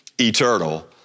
eternal